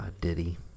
Diddy